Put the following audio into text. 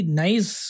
nice